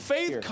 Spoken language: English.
Faith